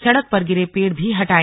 सड़क पर गिरे पेड़ भी हटाए